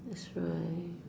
that's right